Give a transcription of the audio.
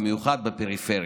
במיוחד בפריפריה,